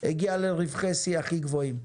הגיע לרווחי שיא הכי גבוהים.